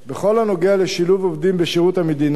בכל הנוגע לשילוב עובדים בשירות המדינה,